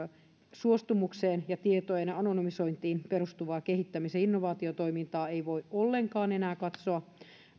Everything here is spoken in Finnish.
suostumukseen ja tietojen anonymisointiin perustuvan tietojen luovuttamisen kehittämis ja innovaatiotoimintaan ei voi ollenkaan enää katsoa